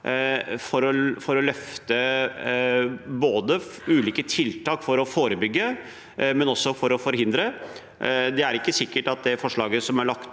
for å løfte ulike tiltak for å forebygge, men også for å forhindre. Det er ikke sikkert at det forslaget som er lagt